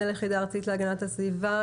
מנהל היחידה הארצית להגנת הסביבה,